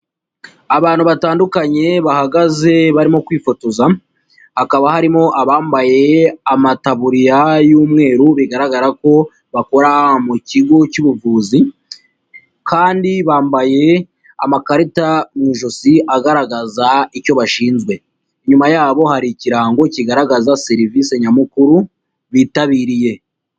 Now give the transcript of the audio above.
Abantu batandukanye, bahagaze, barimo kwifotoza, hakaba harimo abambaye amataburiya y'umweru bigaragara ko bakora mu kigo cy'ubuvuzi, kandi bambaye amakarita mu ijosi agaragaza icyo bashinzwe, inyuma yabo hari ikirango kigaragaza serivisi nyamukuru bitabiriye.